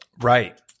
Right